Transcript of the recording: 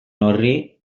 horri